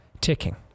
ticking